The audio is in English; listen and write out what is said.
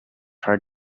hard